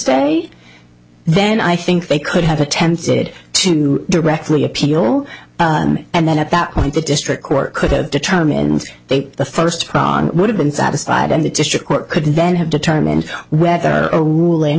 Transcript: stay then i think they could have attempted to directly appeal and then at that point the district court could have determined they the first would have been satisfied and the district court could then have determined whether a willing